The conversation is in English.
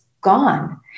gone